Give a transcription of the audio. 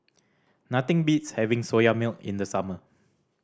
nothing beats having Soya Milk in the summer